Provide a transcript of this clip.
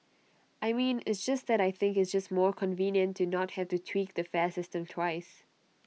I mean it's just that I think it's just more convenient to not have to tweak the fare system twice